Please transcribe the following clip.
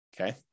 okay